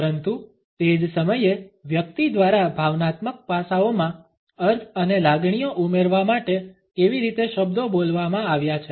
પરંતુ તે જ સમયે વ્યક્તિ દ્વારા ભાવનાત્મક પાસાઓમાં અર્થ અને લાગણીઓ ઉમેરવા માટે કેવી રીતે શબ્દો બોલવામાં આવ્યા છે